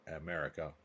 America